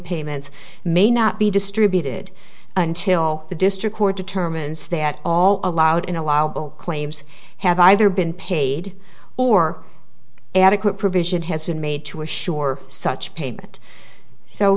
payments may not be distributed until the district court determines that all allowed in allowable claims have either been paid or adequate provision has been made to assure such payment so